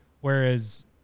Whereas